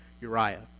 Uriah